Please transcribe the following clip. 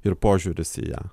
ir požiūris į ją